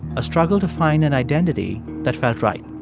a struggle to find an identity that felt right.